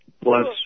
Plus